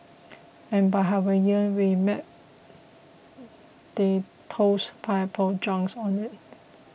and by Hawaiian we mean they tossed pineapple chunks on it